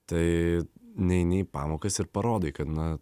tai neini į pamokas ir parodai kad na